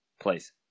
place